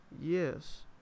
Yes